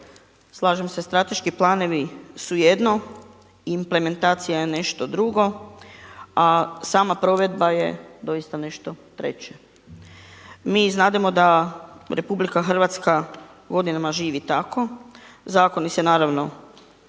slažem se strateški planovi su jedno, implementacija je nešto drugo, a sama provedba je doista nešto treće. Mi znademo da RH godinama živi tako. Zakoni se naravno sprovode